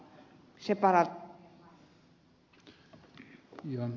se parantaisi meidän mainettamme